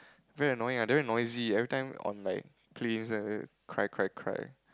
very annoying ah very noisy every time on like planes like cry cry cry